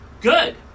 Good